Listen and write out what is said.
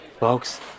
Folks